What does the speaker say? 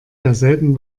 derselben